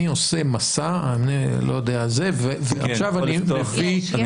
עושה 'מסע' ועכשיו אני מביא 100 נהגים.